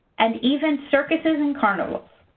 and even circuses and carnivals.